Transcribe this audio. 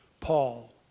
Paul